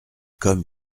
comme